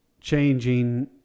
changing